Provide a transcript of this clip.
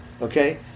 Okay